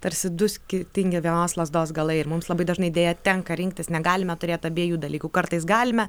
tarsi du skirtingi vienos lazdos galai ir mums labai dažnai deja tenka rinktis negalime turėt abiejų dalykų kartais galime